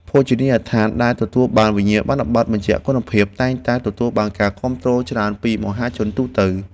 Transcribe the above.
ភោជនីយដ្ឋានដែលទទួលបានវិញ្ញាបនបត្របញ្ជាក់គុណភាពតែងតែទទួលបានការគាំទ្រច្រើនពីមហាជនទូទៅ។